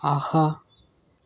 ஆஹா